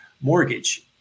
mortgage